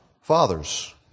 Fathers